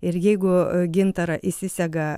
ir jeigu gintarą įsisega